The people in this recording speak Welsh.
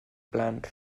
blant